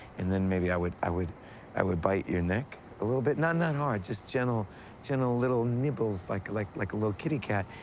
and then, maybe i would i would i would bite your neck a little bit. not not hard. just gentle gentle little nibbles, like like like a little kitty cat,